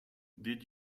did